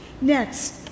next